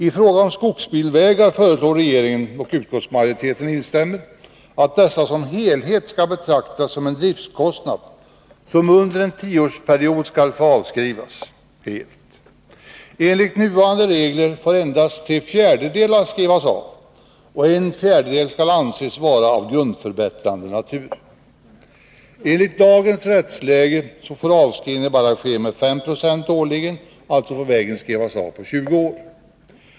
I fråga om skogsbilvägar föreslår regeringen och utskottsmajoriteten att dessa som helhet skall betraktas som en driftkostnad som under en tioårsperiod skall få avskrivas helt. Enligt nuvarande regler får endast tre fjärdedelar skrivas av och en fjärdedel skall anses vara av grundförbättrande natur. Enligt dagens rättsläge får avskrivning bara ske med 5 9 årligen. Kostnaderna för vägen får alltså skrivas av på 20 år.